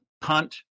punt